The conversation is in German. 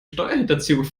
steuerhinterziehung